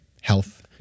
Health